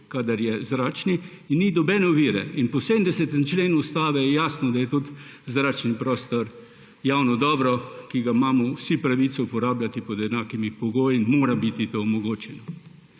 kadar ni nobene ovire. Po 70. členu Ustave je jasno, da je tudi zračni prostor javno dobro, ki ga imamo vsi pravico uporabljati pod enakimi pogoji in mora biti to omogočeno.